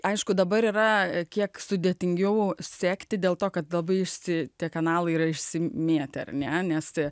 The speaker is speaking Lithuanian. aišku dabar yra kiek sudėtingiau sekti dėl to kad labai išsi tie kanalai yra išsimėtę ar ne nes